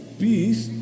peace